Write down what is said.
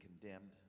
condemned